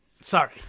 sorry